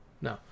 No